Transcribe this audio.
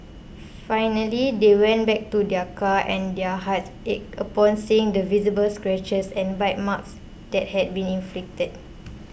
finally they went back to their car and their hearts ached upon seeing the visible scratches and bite marks that had been inflicted